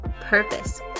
Purpose